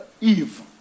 Eve